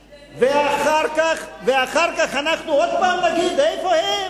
שיתגיירו, ואחר כך אנחנו עוד פעם נגיד: איפה הם?